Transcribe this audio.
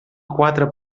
quatre